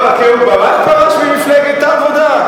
מה, רק אהוד ברק פרש ממפלגת העבודה?